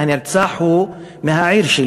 הנרצח הוא מהעיר שלי,